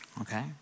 okay